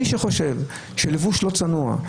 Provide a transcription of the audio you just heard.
מי שחושב שלבוש לא צנוע,